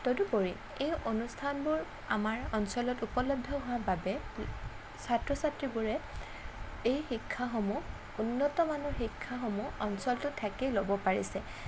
তদুপৰি এই অনুষ্ঠানবোৰ আমাৰ অঞ্চলত উপলব্ধ হোৱা বাবে ছাত্ৰ ছাত্ৰীবোৰে এই শিক্ষাসমূহ উন্নত মানৰ শিক্ষাসমূহ অঞ্চলটোত থাকিয়ে ল'ব পাৰিছে